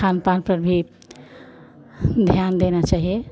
खान पान पर भी ध्यान देना चाहिए